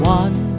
one